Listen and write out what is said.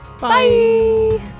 Bye